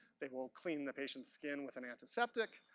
they will clean their patient's skin with an antiseptic.